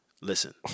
Listen